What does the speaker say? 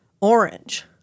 orange